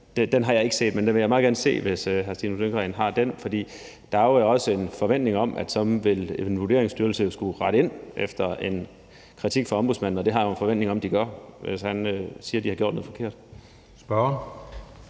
Den har jeg ikke set, men den vil jeg meget gerne se, hvis hr. Stinus Lindgreen har den, for der er jo også en forventning om, at så vil en Vurderingsstyrelse jo skulle rette ind efter en kritik fra Ombudsmanden, og det har jeg en forventning om at de gør, hvis han siger, at de har gjort noget forkert. Kl.